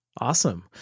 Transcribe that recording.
Awesome